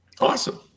Awesome